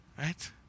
Right